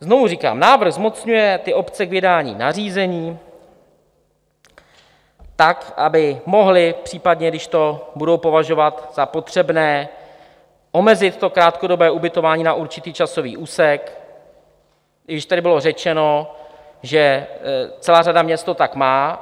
Znovu říkám, návrh zmocňuje obce k vydání nařízení tak, aby mohly v případě, když to budou považovat za potřebné, omezit krátkodobé ubytování na určitý časový úsek, i když tady bylo řečeno, že celá řada měst to tak má.